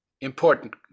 important